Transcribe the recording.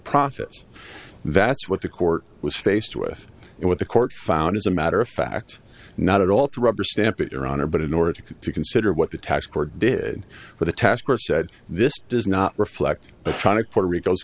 profits that's what the court was faced with and what the court found as a matter of fact not at all to rubber stamp it your honor but in order to consider what the tax court did with a task or said this does not reflect a kind of puerto rico's